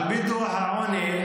על פי דוח העוני,